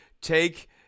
Take